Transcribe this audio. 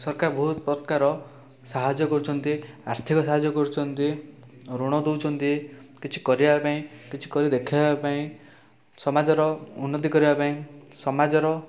ସରକାର ବହୁତ ପ୍ରକାର ସାହାଯ୍ୟ କରୁଛନ୍ତି ଆର୍ଥିକ ସାହାଯ୍ୟ କରୁଛନ୍ତି ଋଣ ଦେଉଛନ୍ତି କିଛି କରିବାପାଇଁ କିଛି କରି ଦେଖେଇବା ପାଇଁ ସମାଜର ଉନ୍ନତି କରିବାପାଇଁ ସମାଜର